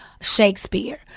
Shakespeare